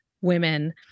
women